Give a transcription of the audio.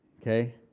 Okay